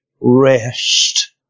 rest